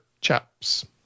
chaps